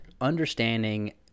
understanding